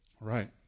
Right